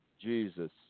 jesus